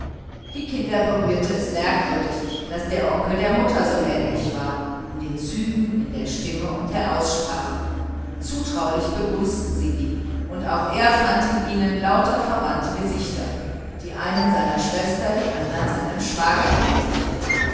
die kinder berührte es merkwürdig daß der onkel der mutter so ähnlich war in den zügen in der stimme und der aussprache zutraulich begrüßten sie ihn und auch er fand in ihnen lauter verwandte gesichter die einen seiner schwester die andern seinem schwager ähnlich